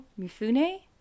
Mifune